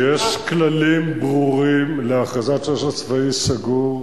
יש כללים ברורים להכרזת "שטח צבאי סגור".